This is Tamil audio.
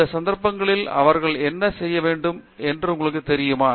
இந்த சந்தர்ப்பங்களில் அவர்கள் என்ன செய்ய வேண்டும் என்று உங்களுக்குத் தெரியுமா